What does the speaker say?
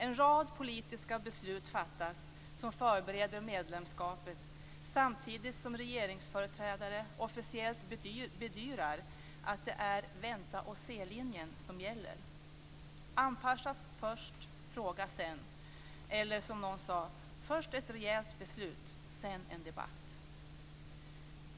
En rad politiska beslut fattas som förbereder medlemskapet samtidigt som regeringsföreträdare officiellt bedyrar att det är vänta-och-se-linjen som gäller. Anpassa först och fråga sedan, eller som någon sade: Först ett rejält beslut, sedan en debatt.